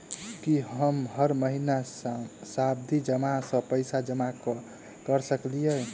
की हम हर महीना सावधि जमा सँ पैसा जमा करऽ सकलिये?